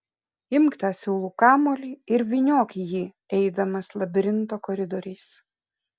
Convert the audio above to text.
imk tą siūlų kamuolį ir vyniok jį eidamas labirinto koridoriais